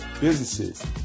Businesses